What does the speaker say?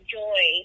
joy